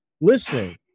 listen